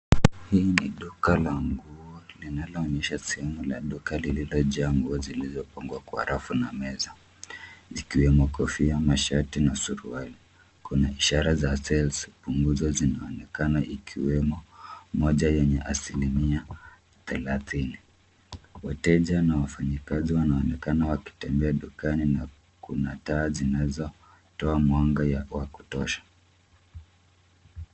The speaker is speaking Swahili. Hii ni duka la nguo linaloonesha sehemu la duka lililojaa nguo zilizopangwa kwa rafu na meza, zikiwemo kofia, mashati na suruali. Kuna ishara za sales punguzo zinaonekana ikiwemo moja yenye asilimia thelathini. Wateja na wafanyikazi wanaonekana wakitembea dukani na kuna taa zinazotoa mwanga wa kutosha.